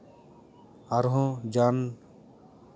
ᱟᱨᱦᱚᱸ ᱡᱟᱱ